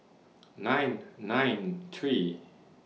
nine nine three